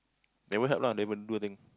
never help lah never do thing